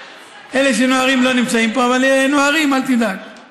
אלה שנוהרים לא נמצאים פה, אבל נוהרים, אל תדאג.